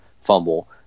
fumble